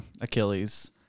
Achilles